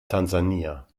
tansania